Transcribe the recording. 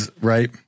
right